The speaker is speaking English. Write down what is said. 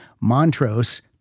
Montrose